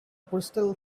crystal